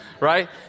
right